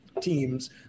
teams